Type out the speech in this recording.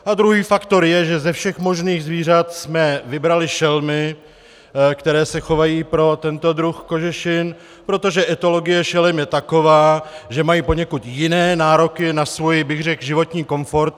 A druhý faktor je, že ze všech možných zvířat jsme vybrali šelmy, které se chovají pro tento druh kožešin, protože etologie šelem je taková, že mají poněkud jiné nároky na svůj, řekl bych, životní komfort.